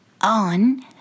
on